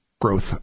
growth